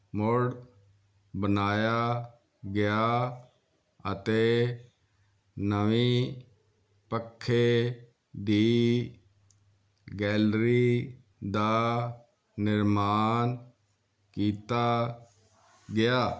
ਮੁੜ ਬਣਾਇਆ ਗਿਆ ਅਤੇ ਨਵੀਂ ਪੱਖੇ ਦੀ ਗੈਲਰੀ ਦਾ ਨਿਰਮਾਣ ਕੀਤਾ ਗਿਆ